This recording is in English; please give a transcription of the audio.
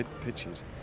pitches